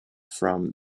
from